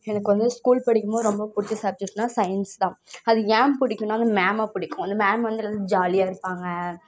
எனக்கு வந்து ஸ்கூல் படிக்கும்போது ரொம்ப பிடிச்ச சப்ஜெக்ட்னால் சயின்ஸ் தான் அது ஏன் பிடிக்குன்னா அந்த மேமை பிடிக்கும் அந்த மேம் வந்து எல்லாரோடய ஜாலியாக இருப்பாங்கள்